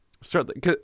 start